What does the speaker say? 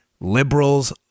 Liberals